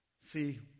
See